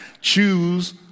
choose